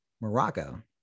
morocco